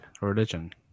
religion